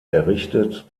errichtet